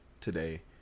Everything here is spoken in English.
today